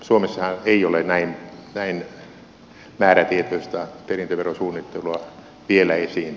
suomessahan ei ole näin määrätietoista perintöverosuunnittelua vielä yksi